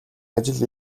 ажил